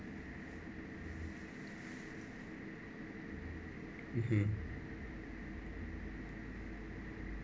mmhmm